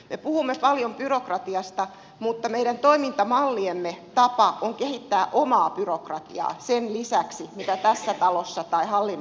me puhumme paljon byrokratiasta mutta meidän toimintamalliemme tapa on kehittää omaa byrokratiaa sen lisäksi mitä tässä talossa tai hallinnossa on säädetty